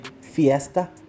fiesta